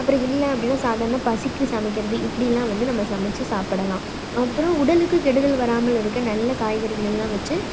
அப்புறம் இல்லை அப்படின்னா சாதாரண பசிக்கு சமைக்கிறது இப்படியெல்லாம் வந்து நம்ம சமைச்சு சாப்பிடலாம் அப்புறம் உடலுக்கு கெடுதல் வராமல் இருக்க நல்ல காய்கறிகள் எல்லாம் வச்சு